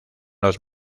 los